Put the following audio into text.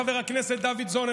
חבר הכנסת דוידסון,